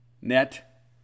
net